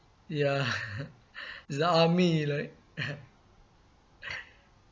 ya it's like army right